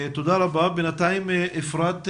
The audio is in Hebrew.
אפרת,